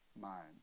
mind